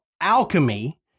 alchemy